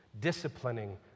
disciplining